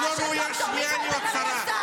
את לא ראויה שנייה להיות שרה.